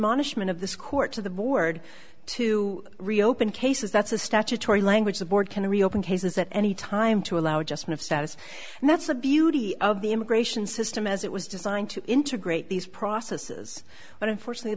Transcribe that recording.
admonishment of this court to the board to reopen cases that's a statutory language the board can reopen cases at any time to allow just move status and that's the beauty of the immigration system as it was designed to integrate these processes but unfortunately